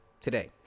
today